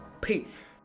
Peace